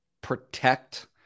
protect